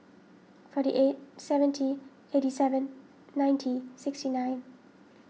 forty eight seventy eighty seven ninety sixty nine